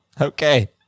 Okay